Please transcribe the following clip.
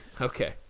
Okay